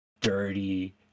dirty